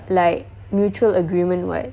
like mutual agreement [what]